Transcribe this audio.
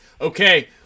Okay